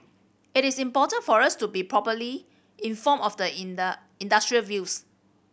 it is important for us to be properly informed of the in the industry views